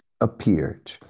appeared